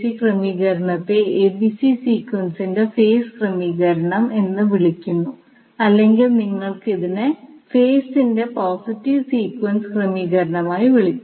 ക്രമീകരണത്തെ സീക്വൻസിൻറെ ഫേസ് ക്രമീകരണം എന്ന് വിളിക്കുന്നു അല്ലെങ്കിൽ നിങ്ങൾക്ക് ഇതിനെ ഫേസിൻറെ പോസിറ്റീവ് സീക്വൻസ് ക്രമീകരണമായി വിളിക്കാം